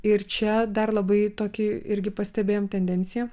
ir čia dar labai tokį irgi pastebėjom tendenciją